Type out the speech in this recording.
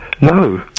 No